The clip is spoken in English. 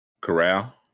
Corral